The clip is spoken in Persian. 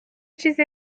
چیزی